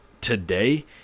today